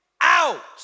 Out